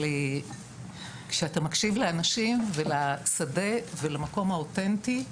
כשאתה מקשיב לאנשים ולשדה ולמקום האותנטי,